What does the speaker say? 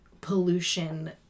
Pollution